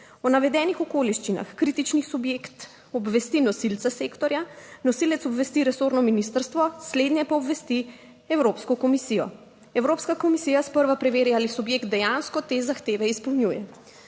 O navedenih okoliščinah kritični subjekt obvesti nosilca sektorja. Nosilec obvesti resorno ministrstvo, slednje pa obvesti Evropsko komisijo. Evropska komisija sprva preverja ali subjekt dejansko te zahteve izpolnjuje.